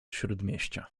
śródmieścia